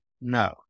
no